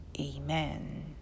Amen